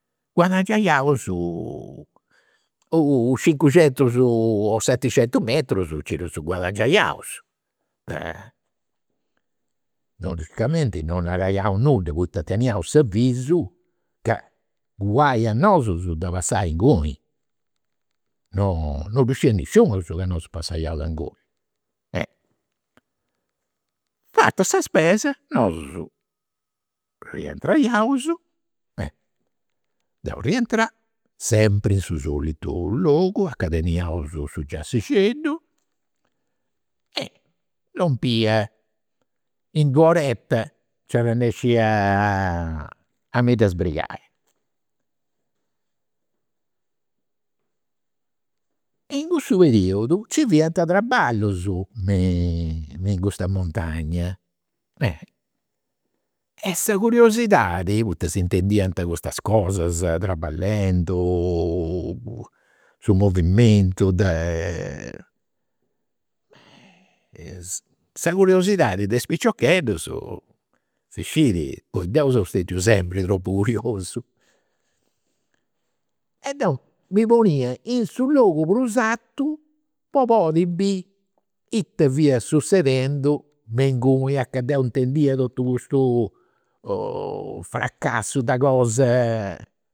Guadangiaiaus u u' cincucentus o seticentus metrus nci ddus guadangiaiaus. Logicamenti non nariaus nudda poita teniaus s'avisu ca guai a nosu de passai inguni, non ddu nisciunus ca nosu passaiaus inguni. Fata sa spesa nosu rientraiaus, deu rientrau, sempri in su solitu logu, a ca teniaus su giassixeddu e lompia. In u' oretta nci arrennescia a a mi dda sbrigai. In cussus periudus nci fiant traballus me in custa montagna e sa curiosidadi, poita s'intendiant custas cosas traballendu, su movimentu de. Sa curiosidadi de is piciocheddus, si scidi, poi deu seu stetiu sempri tropu curiosu. E deu mi ponia in su logu prus artu po podi biri ita fiat sussedendu me inguni, a ca deu intendia totu custu fracassu de cosa